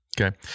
Okay